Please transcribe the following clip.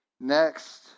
Next